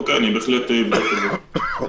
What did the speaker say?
אוקיי, בהחלט אבדוק את זה.